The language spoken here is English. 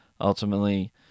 ultimately